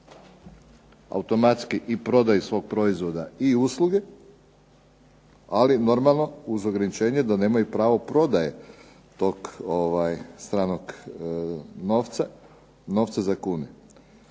automatski prodaje svojih proizvoda i usluga, ali normalno uz ograničenje da nemaju pravo prodaje tog stranog novca, novca za kune.